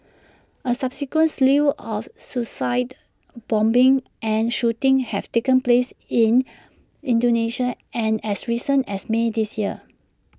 A subsequent slew of suicide bombings and shootings have taken place in Indonesia and as recently as may this year